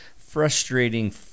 frustrating